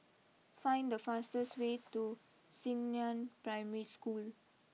find the fastest way to Xingnan Primary School